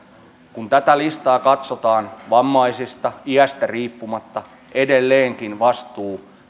kun tätä listaa katsotaan vammaisista iästä riippumatta edelleenkin vastuu